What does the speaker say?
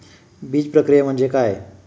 बीजप्रक्रिया म्हणजे काय?